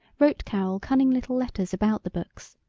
wrote carol cunning little letters about the books,